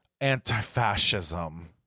anti-fascism